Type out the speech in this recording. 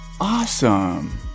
Awesome